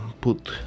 put